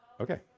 Okay